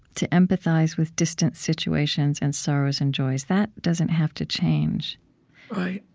to empathize with distant situations and sorrows and joys. that doesn't have to change right.